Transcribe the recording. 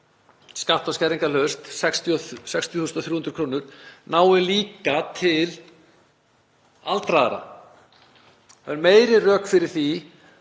skatta- og skerðingarlaust, 60.300 kr., nái líka til aldraðra. Það eru meiri rök fyrir því,